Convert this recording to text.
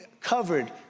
covered